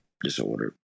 disorder